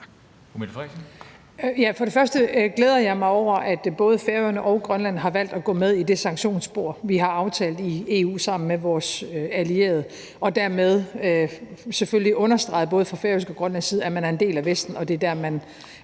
(S): Først glæder jeg mig over, at både Færøerne og Grønland har valgt at gå med i det sanktionsspor, vi har aftalt i EU sammen med vores allierede, og at man dermed selvfølgelig både fra færøsk og grønlandsk side har understreget, at man er en del af Vesten, og at det er der, man